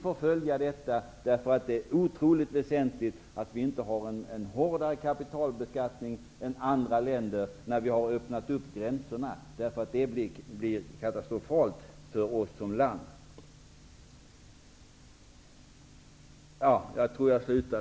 Han sade att det är otroligt väsentligt att vi, när gränserna har öppnats, inte har en hårdare kapitalbeskattning än länder; det skulle bli katastrofalt för oss som land.